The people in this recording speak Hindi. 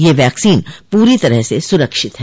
यह वैक्सीन पूरी तरह से सुरक्षित है